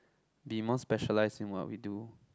be more specialized in what we do